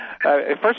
First